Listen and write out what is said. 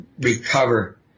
recover